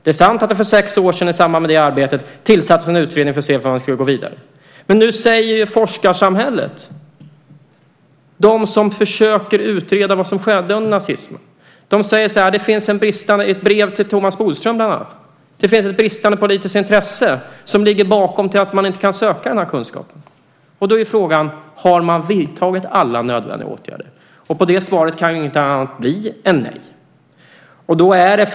Det är sant att det för sex år sedan i samband med det arbetet tillsattes en utredning för att se hur man skulle gå vidare. Men nu säger ju forskarsamhället, de som försöker att utreda vad som skedde under nazismen, bland annat i ett brev till Thomas Bodström att det finns ett bristande politiskt intresse som ligger bakom att man inte kan söka den här kunskapen. Då är frågan: Har man vidtagit alla nödvändiga åtgärder? På den frågan kan svaret inte bli något annat än nej.